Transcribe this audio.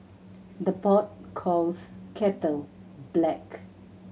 the pot calls kettle black